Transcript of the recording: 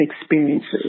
experiences